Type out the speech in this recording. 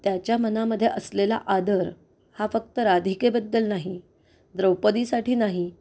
त्याच्या मनामध्ये असलेला आदर हा फक्त राधिकेबद्दल नाही द्रौपदीसाठी नाही